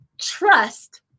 trust